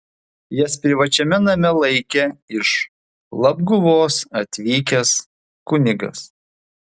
jas privačiame name laikė iš labguvos atvykęs kunigas